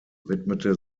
widmete